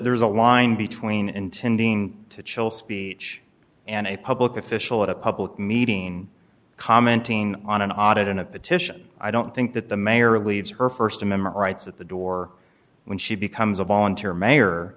there's a line between intending to chill speech and a public official at a public meeting commenting on an audit in a petition i don't think that the mayor leaves her st amendment rights at the door when she becomes a volunteer mayor